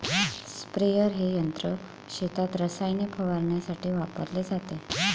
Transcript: sprayer हे यंत्र शेतात रसायने फवारण्यासाठी वापरले जाते